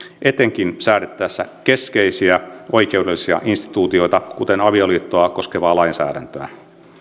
etenkin säädettäessä keskeisiä oikeudellisia instituutioita kuten avioliittoa koskevaa lainsäädäntöä